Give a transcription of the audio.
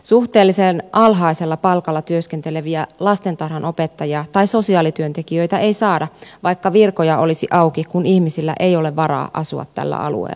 suhteellisen alhaisella palkalla työskenteleviä lastentarhanopettajia tai sosiaalityöntekijöitä ei saada vaikka virkoja olisi auki kun ihmisillä ei ole varaa asua tällä alueella